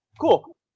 cool